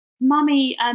Mummy